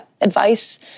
advice